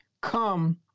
come